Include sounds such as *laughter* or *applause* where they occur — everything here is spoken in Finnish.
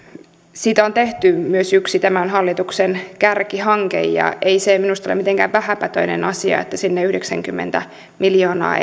siitä on tehty myös yksi tämän hallituksen kärkihanke ja ei se minusta ole mitenkään vähäpätöinen asia että sinne yhdeksänkymmentä miljoonaa *unintelligible*